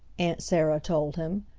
aunt sarah told him.